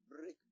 break